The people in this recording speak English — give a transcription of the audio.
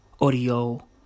Audio